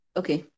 okay